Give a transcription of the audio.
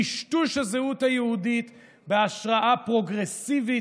טשטוש הזהות היהודית בהשראה פרוגרסיבית,